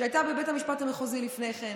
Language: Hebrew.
שהייתה בבית המשפט המחוזי לפני כן,